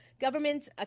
Governments